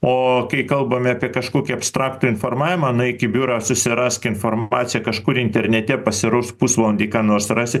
o kai kalbame apie kažkokį abstraktų informavimą nueik į biurą susirask informaciją kažkur internete pasirausk pusvalandį ką nors rasi